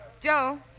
Joe